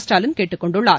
ஸ்டாலின் கேட்டுக்கொண்டுள்ளார்